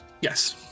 Yes